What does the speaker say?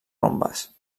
rombes